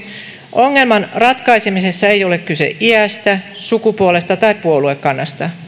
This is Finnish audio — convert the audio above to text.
ongelman ratkaisemisessa ei ole kyse iästä sukupuolesta tai puoluekannasta